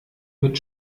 mit